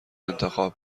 انتخاب